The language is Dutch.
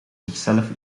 zichzelf